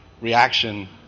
reaction